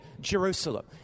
Jerusalem